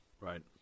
Right